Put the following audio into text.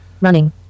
Running